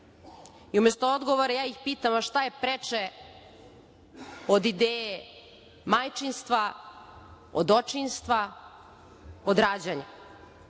i umesto odgovora ja ih pitam, a šta je preče od ideje majčinstva od očinstva od